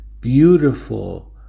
beautiful